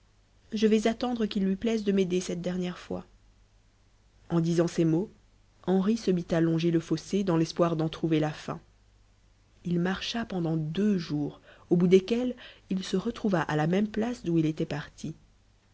je vais attendre qu'il lui plaise de m'aider cette dernière fois en disant ces mots henri se mit à longer le fossé dans l'espoir d'en trouver la fin il marcha pendant deux jours au bout desquels il se retrouva a la même place d'où il était parti